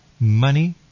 Money